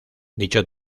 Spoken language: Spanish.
dicho